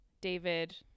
david